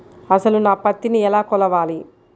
అసలు నా పత్తిని ఎలా కొలవాలి?